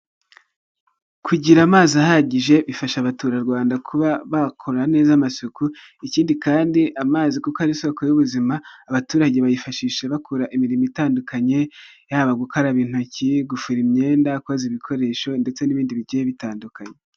Kugira amazi ahagije bifasha abaturarwanda kuba bakora neza amasuku, ikindi kandi amazi kuko ari isoko y'ubuzima, abaturage bashi bakora imirimo itandukanye, yaba gukaraba intoki, gufura imyenda, koze ibikoresho ndetse n'ibindi bigiye bitandukanye.